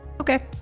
okay